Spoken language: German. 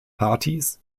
partys